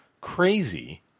crazy